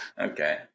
okay